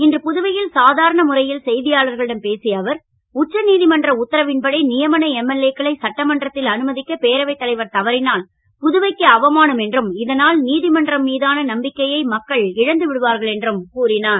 இன்று புதுவை ல் சாதாரண முறை ல் செ யாளர்களிடம் பேசிய அவர் உச்ச நீ மன்ற உத்தரவின்படி யமன எம்எல்ஏ க்களை சட்டமன்றத் ல் அனும க்க பேரவைத் தலைவர் தவறினால் புதுவைக்கு அவமானம் என்றும் இதனால் நீ மன்றம் மீதான நம்பிக்கையை மக்கள் இழந்து விடுவார்கள் என்றும் கூறினார்